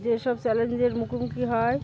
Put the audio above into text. যেসব চ্যালেঞ্জের মুখোমুখি হয়